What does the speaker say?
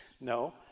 No